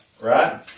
Right